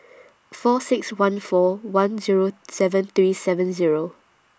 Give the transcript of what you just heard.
four six one four one Zero seven three seven Zero